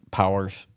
powers